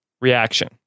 reaction